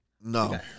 No